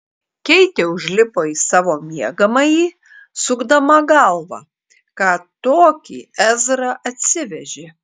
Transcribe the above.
keitė užlipo į savo miegamąjį sukdama galvą ką tokį ezra atsivežė